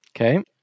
Okay